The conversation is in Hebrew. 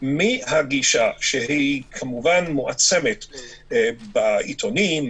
מהגישה שהיא כמובן מועצמת בעיתונים,